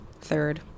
third